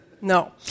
No